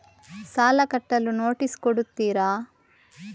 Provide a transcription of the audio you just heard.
ಸಾಲ ಕಟ್ಟಲು ನೋಟಿಸ್ ಕೊಡುತ್ತೀರ?